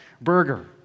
burger